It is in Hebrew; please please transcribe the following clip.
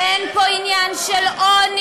אין פה עניין של עוני.